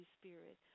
Spirit